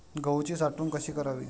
गहूची साठवण कशी करावी?